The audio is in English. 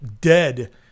dead